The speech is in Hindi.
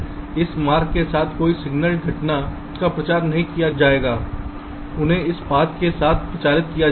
इसलिए इस मार्ग के साथ कोई सिग्नल घटना का प्रचार नहीं किया जाएगा उन्हें इस पाथ के साथ और इस पाथ के साथ प्रचारित किया जाएगा